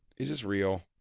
is this real?